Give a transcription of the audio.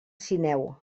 sineu